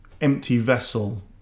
empty-vessel